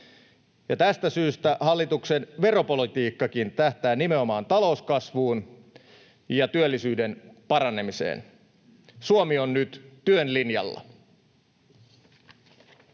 tästä syystä hallituksen veropolitiikkakin tähtää nimenomaan talouskasvuun ja työllisyyden paranemiseen. Suomi on nyt työn linjalla.